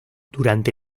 durante